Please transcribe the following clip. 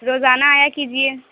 روزانہ آیا کیجیے